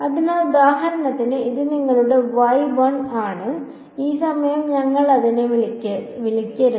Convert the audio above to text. അതിനാൽ ഉദാഹരണത്തിന് ഇത് നിങ്ങളുടെ y 1 ആണ് ഈ സമയം ഞങ്ങൾ അതിനെ വിളിക്കരുത്